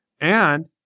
And-